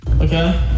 Okay